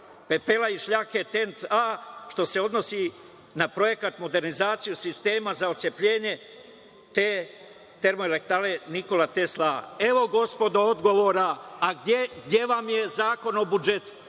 pepela i šljake TENT A, što se odnosi na projekat modernizacije sistema za otcepljenje te Termoelektrane „Nikola Tesla“.Evo, gospodo odgovora, a gde vam je Zakon o budžetu,